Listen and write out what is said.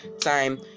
time